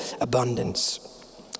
abundance